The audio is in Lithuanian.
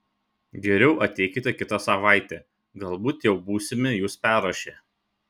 geriau ateikite kitą savaitę galbūt jau būsime jus perrašę